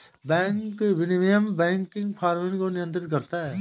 bank विनियमन banking फ़र्मों को नियंत्रित करता है